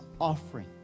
offering